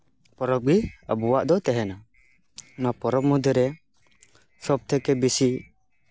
ᱯᱚᱨᱚᱵᱽ ᱜᱮ ᱟᱵᱚᱣᱟᱜ ᱫᱚ ᱛᱟᱦᱮᱱᱟ ᱱᱚᱣᱟ ᱯᱚᱨᱚᱵᱽ ᱢᱚᱫᱽᱫᱷᱮᱨᱮ ᱥᱚᱵ ᱛᱷᱮᱠᱮ ᱵᱮᱥᱤ